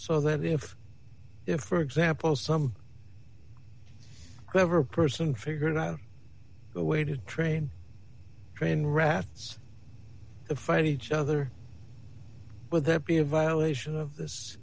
so that if if for example some clever person figured out a way to train train rats to fight each other but that be a violation of this